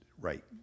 right